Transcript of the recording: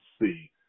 see